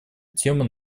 тему